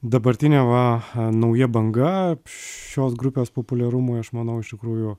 dabartinė va nauja banga šios grupės populiarumui aš manau iš tikrųjų